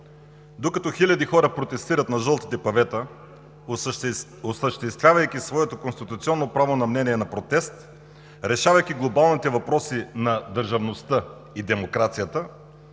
Докато хиляди хора протестират на жълтите павета, осъществявайки своето конституционно право на мнение на протест, решавайки глобалните въпроси на държавността и демокрацията,